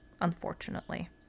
unfortunately